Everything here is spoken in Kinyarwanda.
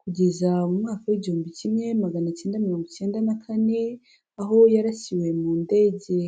kugeza mu mwaka w'igihumbi kimwe na magana cyenda mirongo icyenda na kane, aho yarasiwe mu ndege.